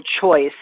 choice